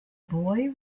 boy